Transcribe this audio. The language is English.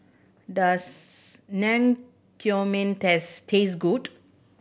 does Naengmyeon taste taste good